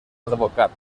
advocat